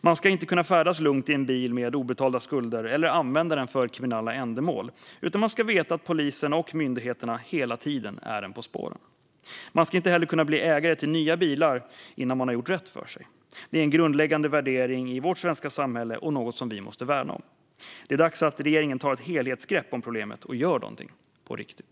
Man ska inte kunna färdas lugnt i en bil med obetalda skulder eller använda den för kriminella ändamål, utan man ska veta att polisen och myndigheterna hela tiden är en på spåren. Man ska inte heller kunna bli ägare till nya bilar innan man har gjort rätt för sig. Det är en grundläggande värdering i vårt svenska samhälle och något som vi måste värna. Det är dags att regeringen tar ett helhetsgrepp om problemet och gör någonting - på riktigt!